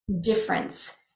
difference